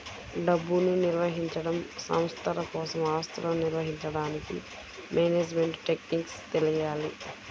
డబ్బుని నిర్వహించడం, సంస్థల కోసం ఆస్తులను నిర్వహించడానికి మేనేజ్మెంట్ టెక్నిక్స్ తెలియాలి